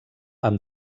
amb